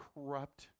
corrupt